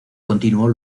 continuó